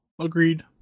Agreed